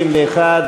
61,